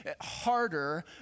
harder